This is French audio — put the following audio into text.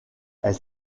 elle